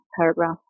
Paragraph